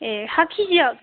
ए हा केजियाव